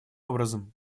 образом